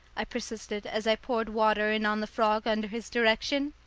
i persisted as i poured water in on the frog under his direction.